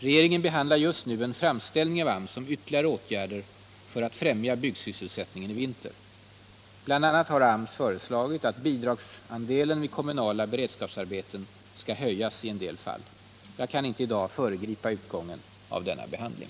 Regeringen behand — Om åtgärder för att lar just nu en framställning av AMS om ytterligare åtgärder för att främja — trygga sysselsättbyggsysselsättningen i vinter. Bl. a. har AMS föreslagit att bidragsandelen = ningen i Bohuslän, vid kommunala beredskapsarbeten skall höjas i en del fall. Jag kan inte — m.m. i dag föregripa utgången av denna behandling.